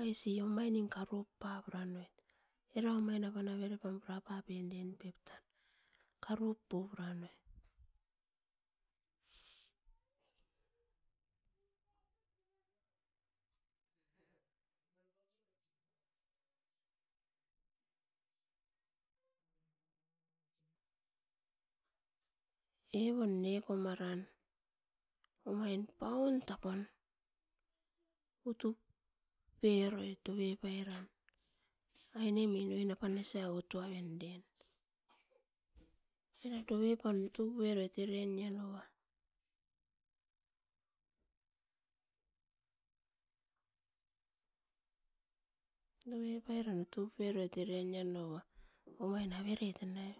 Aisi omainim karupapuranoit era omain avere mara papendem tan karupuranoim. Evon neko maran omain paun tapun utup peroit dovepairan ainem oin apan nesia otoaven den era dovep dovepan eren nianova dovepairan utupuieroit eren nianova omain avere tanai